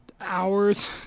hours